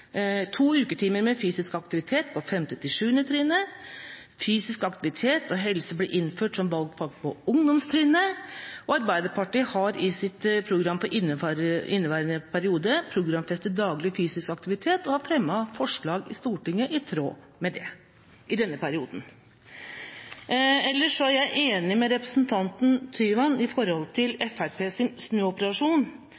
to timer i uka med fysisk aktivitet på 5.–7. trinn, fysisk aktivitet og helse ble innført som valgfag på ungdomstrinnet, og Arbeiderpartiet har i sitt program for inneværende periode programfestet daglig fysisk aktivitet og har fremmet forslag i Stortinget i tråd med det i denne perioden. Ellers er jeg enig med representanten Tyvand